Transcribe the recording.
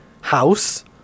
house